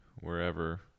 wherever